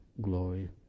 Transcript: glory